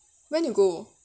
when you go